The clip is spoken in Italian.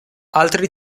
altri